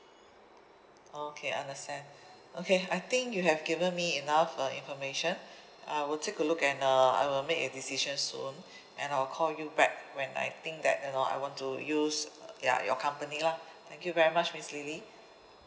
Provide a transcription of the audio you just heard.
okay I understand okay I think you have given me enough uh information I will take a look and uh I will make a decision soon and I'll call you back when I think that you know I want to use ya your company lah thank you very much miss lily